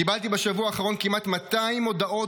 קיבלתי בשבוע האחרון כמעט 200 הודעות